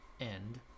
end